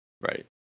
Right